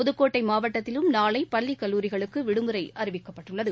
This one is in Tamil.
புதுக்கோட்டைமாவட்டத்திலும் நாளைபள்ளிகல்லூரிகளுக்குவிடுமுறைஅறிவிக்கப்பட்டுள்ளது